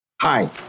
Hi